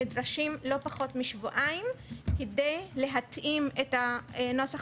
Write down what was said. נדרשים לא פחות משבועיים כדי להתאים את הנוסח